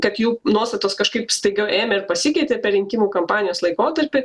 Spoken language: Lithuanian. kad jų nuostatos kažkaip staiga ėmė ir pasikeitė per rinkimų kampanijos laikotarpį